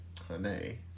honey